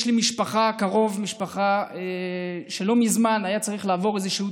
יש לי קרוב משפחה שלא מזמן היה צריך לעבור איזשהו